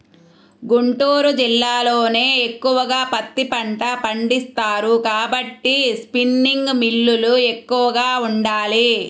గుంటూరు జిల్లాలోనే ఎక్కువగా పత్తి పంట పండిస్తారు కాబట్టి స్పిన్నింగ్ మిల్లులు ఎక్కువగా ఉండాలి